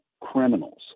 criminals